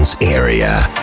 area